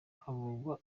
havurwa